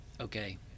Okay